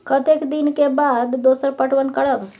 कतेक दिन के बाद दोसर पटवन करब?